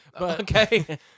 Okay